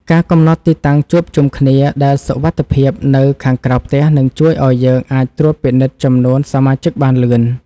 ការកំណត់ទីតាំងជួបជុំគ្នាដែលសុវត្ថិភាពនៅខាងក្រៅផ្ទះនឹងជួយឱ្យយើងអាចត្រួតពិនិត្យចំនួនសមាជិកបានលឿន។